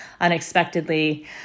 unexpectedly